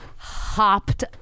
hopped